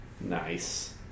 Nice